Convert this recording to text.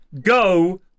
Go